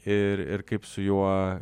ir ir kaip su juo